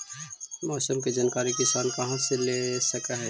मौसम के जानकारी किसान कहा से ले सकै है?